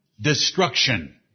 Destruction